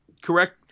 correct